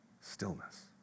stillness